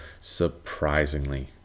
surprisingly